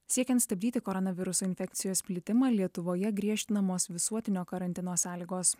siekiant stabdyti koronaviruso infekcijos plitimą lietuvoje griežtinamos visuotinio karantino sąlygos